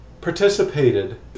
participated